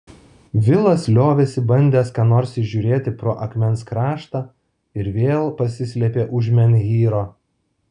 vilas liovėsi bandęs ką nors įžiūrėti pro akmens kraštą ir vėl pasislėpė už menhyro